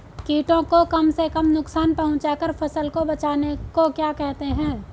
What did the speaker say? कीटों को कम से कम नुकसान पहुंचा कर फसल को बचाने को क्या कहते हैं?